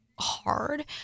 hard